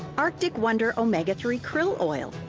arctic wonder omega three krill oil.